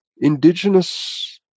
indigenous